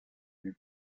mehr